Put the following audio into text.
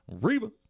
Reba